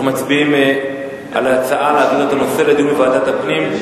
אנחנו מצביעים על ההצעה להעביר את הנושא לדיון בוועדת הפנים.